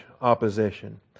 opposition